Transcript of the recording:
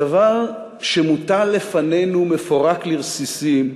הדבר שמוטל לפנינו מפורק לרסיסים,